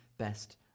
Best